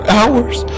hours